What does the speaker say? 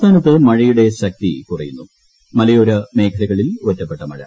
സംസ്ഥാനത്ത് മഴയുടെ ശക്തികുറയുന്നു മലയോര മേഖലകളിൽ ഒറ്റപ്പെട്ട മഴ